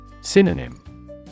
Synonym